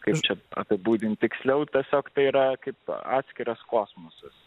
kas čia apibūdinti tiksliau tiesiog tai yra kaip atskiras kosmosas